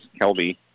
Kelby